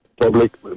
Public